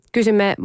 Kysymme